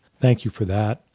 thank you for that.